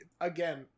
again